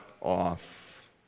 off